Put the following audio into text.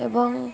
ଏବଂ